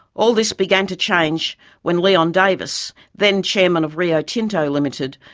all this began to change when leon davis, then chairman of rio tinto ltd,